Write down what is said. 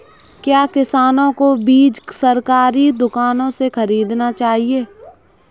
क्या किसानों को बीज सरकारी दुकानों से खरीदना चाहिए?